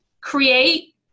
create